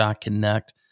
Connect